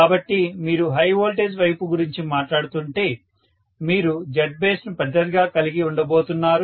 కాబట్టి మీరు high voltage వైపు గురించి మాట్లాడుతుంటే మీరు Zbase ను పెద్దదిగా కలిగి ఉండబోతున్నారు